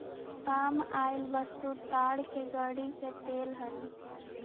पाम oil वस्तुतः ताड़ के गड़ी के तेल हई